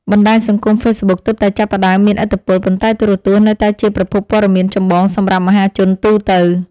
បណ្តាញសង្គមហ្វេសប៊ុកទើបតែចាប់ផ្តើមមានឥទ្ធិពល ប៉ុន្តែទូរទស្សន៍នៅតែជាប្រភពព័ត៌មានចម្បងសម្រាប់មហាជនទូទៅ។